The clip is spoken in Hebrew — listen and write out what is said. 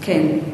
כן.